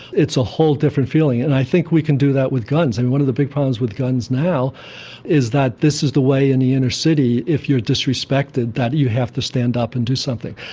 it's a whole different feeling. and i think we can do that with guns. and one of the big problems with guns now is that this is the way in the inner city, if you're disrespected, that you have to stand up and do something.